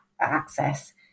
access